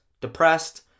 depressed